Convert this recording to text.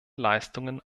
leistungen